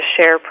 share